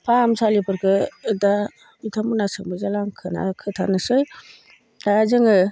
फाहामसालिफोरखो दा बिथांमोनहा सोंबाय जेला आं खोथानोसै दा जोङो